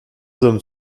hommes